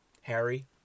Harry